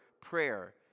prayer